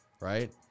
right